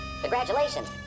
congratulations